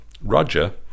Roger